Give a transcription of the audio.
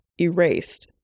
erased